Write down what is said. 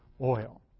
oil